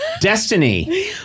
destiny